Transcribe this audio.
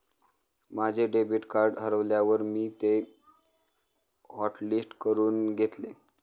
माझे debit card हरवल्यावर मी ते हॉटलिस्ट करून घेतले